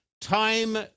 time